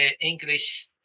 English